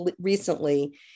recently